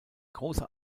großer